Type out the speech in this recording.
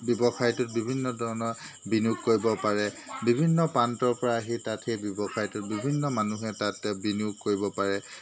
ব্যৱসায়টোত বিভিন্ন ধৰণৰ বিনিয়োগ কৰিব পাৰে বিভিন্ন প্ৰান্তৰ পৰা আহি তাত সেই ব্যৱসায়টোত বিভিন্ন মানুহে তাতে বিনিয়োগ কৰিব পাৰে